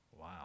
Wow